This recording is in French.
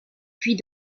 puis